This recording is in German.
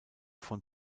von